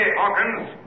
Hawkins